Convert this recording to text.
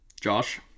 Josh